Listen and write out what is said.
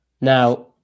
Now